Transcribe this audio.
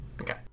Okay